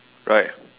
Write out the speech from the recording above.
right